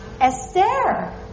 Esther